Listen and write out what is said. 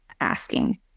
asking